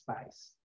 space